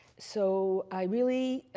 so, i really,